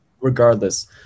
regardless